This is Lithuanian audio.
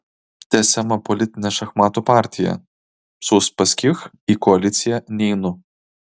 tęsiama politinė šachmatų partija su uspaskich į koaliciją neinu